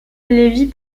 lévi